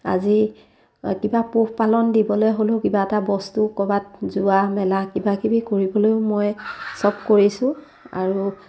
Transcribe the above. আজি কিবা পোহপালন দিবলৈ হ'লেও কিবা এটা বস্তু ক'ৰবাত যোৱা মেলা কিবা কিবি কৰিবলৈও মই সব কৰিছোঁ আৰু